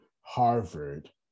Harvard